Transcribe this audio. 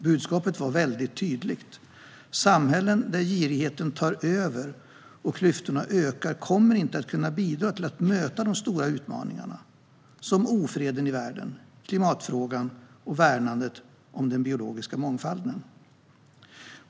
Budskapet var tydligt: Samhällen där girigheten tar över och klyftorna ökar kommer inte att kunna bidra till att möta de stora utmaningarna som ofreden i världen, klimatfrågan och värnandet om den biologiska mångfalden.